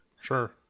Sure